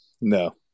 no